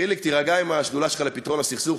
חיליק, תירגע עם השדולה שלך לפתרון הסכסוך.